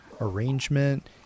arrangement